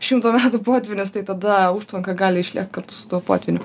šimto metų potvynis tai tada užtvanka gali išlėkt kartu su tuo potvyniu